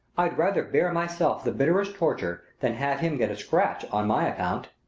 i'd rather bear myself the bitterest torture than have him get a scratch on my account.